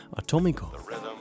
Atomico